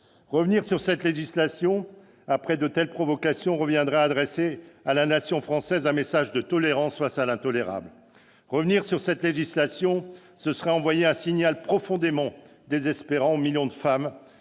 Revenir sur cette législation après de telles provocations, ce serait adresser à la nation française un message de tolérance face à l'intolérable. Revenir sur cette législation, ce serait envoyer un signal profondément désespérant aux millions de femmes